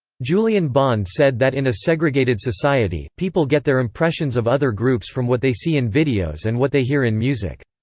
julian bond said that in a segregated society, people get their impressions of other groups from what they see in videos and what they hear in music.